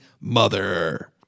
Mother